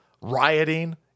rioting